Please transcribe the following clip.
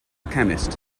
chemist